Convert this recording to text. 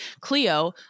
Cleo